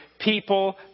people